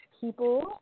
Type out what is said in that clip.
people